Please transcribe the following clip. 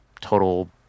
total